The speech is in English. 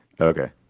Okay